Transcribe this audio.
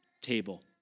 table